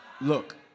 look